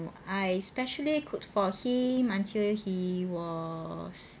I specially cooked for him until he was